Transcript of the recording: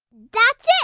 that's it.